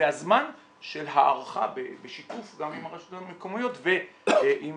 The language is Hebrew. והזמן של ההארכה בשיתוף גם עם הרשויות המקומיות ועם